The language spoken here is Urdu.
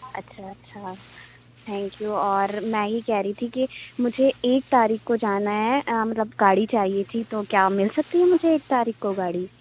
اچھا اچھا تھینک یو اور میں یہ کہہ رہی تھی کہ مجھے ایک تاریخ کو جانا ہے مطلب گاڑی چاہیے تھی تو کیا مل سکتی ہے مجھے ایک تاریخ کو گاڑی